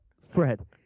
Fred